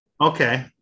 okay